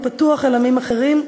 הפתוח אל עמים אחרים,